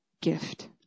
gift